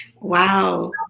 Wow